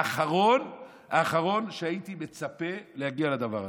האחרון שהייתי מצפה שהוא יגיע לדבר הזה.